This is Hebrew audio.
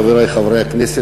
חברי חברי הכנסת,